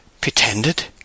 Pretended